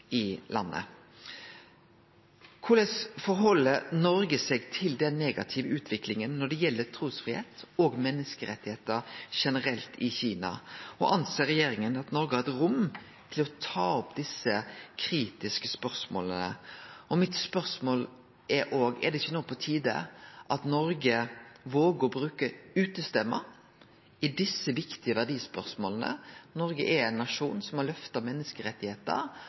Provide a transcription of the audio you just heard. i landet. Korleis stiller Noreg seg til den negative utviklinga når det gjeld trusfridom og menneskerettar generelt i Kina, og ser regjeringa det slik at Noreg har hatt rom for å ta opp desse kritiske spørsmåla? Eit spørsmål er òg: Er det ikkje no på tide at Noreg våger å bruke utestemma i desse viktige verdispørsmåla? Noreg er ein nasjon som har løfta